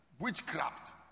Witchcraft